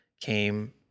came